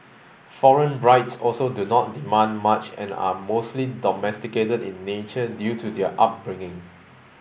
foreign brides also do not demand much and are mostly domesticated in nature due to their upbringing